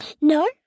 No